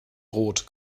rot